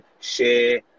share